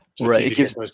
Right